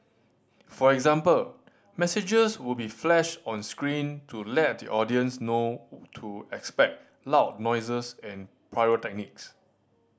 for example messages will be flashed on screen to let the audience know to expect loud noises and pyrotechnics